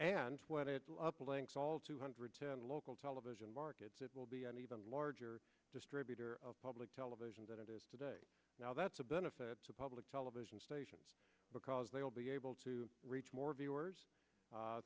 and when it's up with links all two hundred ten local television markets it will be an even larger distributor of public television that it is today now that's a benefit to public television stations because they will be able to reach more viewers